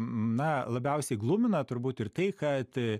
na labiausiai glumina turbūt ir tai kad